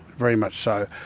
very much so.